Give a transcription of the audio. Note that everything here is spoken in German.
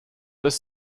des